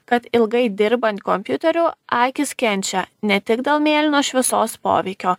kad ilgai dirbant kompiuteriu akys kenčia ne tik dėl mėlynos šviesos poveikio